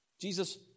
Jesus